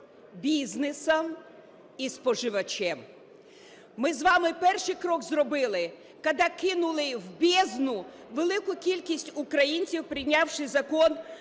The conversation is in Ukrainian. бізнесом і споживачем. Ми з вами перший крок зробили, коли кинули в бездну велику кількість українців, прийнявши Закон